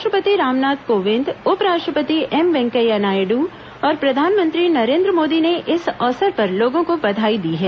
राष्ट्रपति रामनाथ कोविंद उप राष्ट्रपति एम वेंकैया नायडू और प्रधानमंत्री नरेंद्र मोदी ने इस अवसर पर लोगों को बधाई दी है